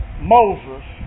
Moses